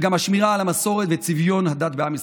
וגם את השמירה על המסורת וצביון הדת בעם ישראל.